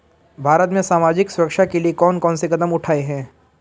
भारत में सामाजिक सुरक्षा के लिए कौन कौन से कदम उठाये हैं?